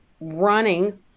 running